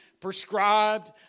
prescribed